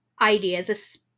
ideas